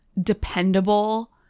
dependable